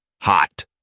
Hot